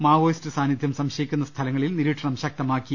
Maoist സാന്നിധ്യം സംശയിക്കുന്ന സ്ഥലങ്ങളിൽ നിരീക്ഷണം ശക്തമാക്കി